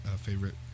favorite